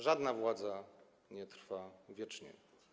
Żadna władza nie trwa wiecznie.